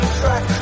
track